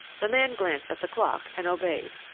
the man glanced at the clock and obeyed.